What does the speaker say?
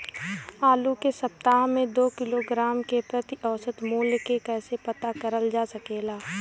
आलू के सप्ताह में दो किलोग्राम क प्रति औसत मूल्य क कैसे पता करल जा सकेला?